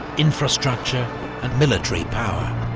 infrastructure and military power.